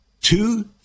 two